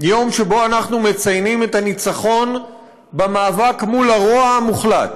יום שבו אנחנו מציינים את הניצחון במאבק מול הרוע המוחלט.